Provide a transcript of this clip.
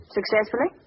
Successfully